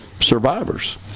survivors